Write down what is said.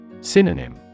Synonym